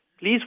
Please